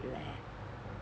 leh